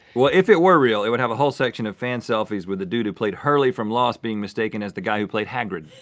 well, if it were real, it would have a whole section of fan selfies with the dude who played hurley from lost being mistaken as the guy who played hagrid.